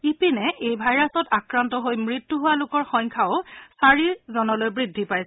ইপিনে এই ভাইৰাছত আক্ৰান্ত হৈ মৃত্যু হোৱা লোকৰ সংখ্যাও চাৰিজনলৈ বৃদ্ধি পাইছে